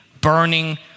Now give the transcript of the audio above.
burning